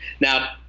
Now